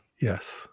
yes